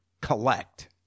collect